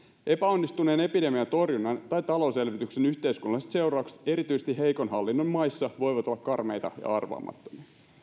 epäonnistuneen epidemiatorjunnan tai talouselvytyksen yhteiskunnalliset seuraukset erityisesti heikon hallinnon maissa voivat olla karmeita ja arvaamattomia